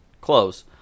close